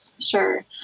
Sure